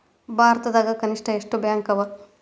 ಭಾರತದಾಗ ಕನಿಷ್ಠ ಎಷ್ಟ್ ಬ್ಯಾಂಕ್ ಅವ?